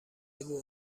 بگو